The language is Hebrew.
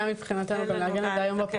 מבחינתנו אין מניעה גם לעגן בפקודה.